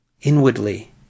inwardly